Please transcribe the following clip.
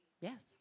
Yes